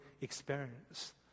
experience